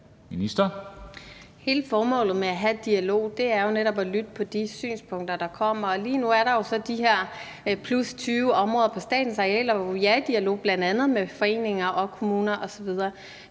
Wermelin): Hele formålet med at have en dialog er jo netop at lytte til de synspunkter, der kommer. Lige nu er der jo så de her plus 20 områder på statens arealer, hvor vi er i dialog bl.a. med foreninger og kommuner osv.